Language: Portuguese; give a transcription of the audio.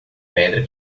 pedra